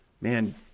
Man